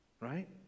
Right